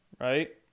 right